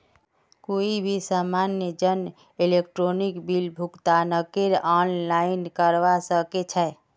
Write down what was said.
कोई भी सामान्य जन इलेक्ट्रॉनिक बिल भुगतानकेर आनलाइन करवा सके छै